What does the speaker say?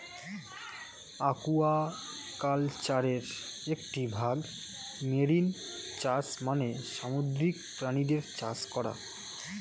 অ্যাকুয়াকালচারের একটি ভাগ মেরিন চাষ মানে সামুদ্রিক প্রাণীদের চাষ করা